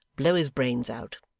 blow his brains out